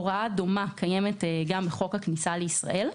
הוראה דומה קיימת גם בחוק הכניסה לישראל.